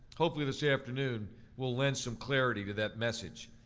hopefully this afternoon will lend some clarity to that message.